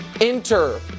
Enter